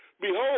Behold